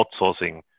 outsourcing